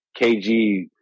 KG